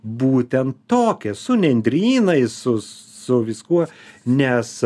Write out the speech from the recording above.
būtent tokie su nendrynais su viskuo nes